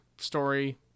story